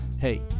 hey